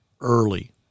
early